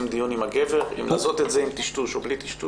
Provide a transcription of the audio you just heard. עושים דיון עם הגבר אם לעשות את זה עם טשטוש או בלי טשטוש?